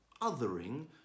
othering